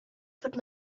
put